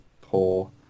poor